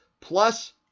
plus